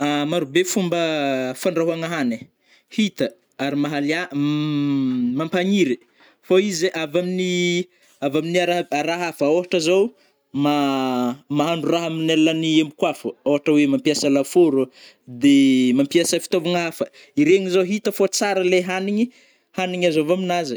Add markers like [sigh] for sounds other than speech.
[hesitation] Marobe fomba fandrahôagna hagny hita ary mahalia [hesitation] -mampagniry fô izy zay avy aminy-avy aminy rah-raha hafa ôhatra zao [hesitation] ma- mahandro rah amin'ny alalagny emboko afo ôhatra oe mampiasa lafôro de mampiasa ftôvagna hafa iregny zao hita fô tsara le hanigny- hanigna azo avy aminazy.